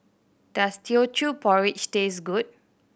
does Teochew Porridge taste good